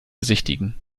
besichtigen